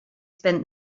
spent